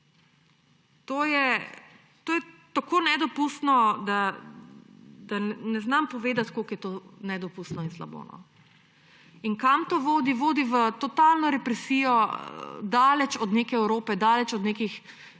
To je tako nedopustno, da ne znam povedati, kako je to nedopustno in slabo. In kam to vodi? Vodi v totalno represijo, daleč od neke Evrope, daleč od nekih